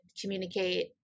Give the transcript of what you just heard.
communicate